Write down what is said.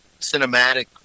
cinematic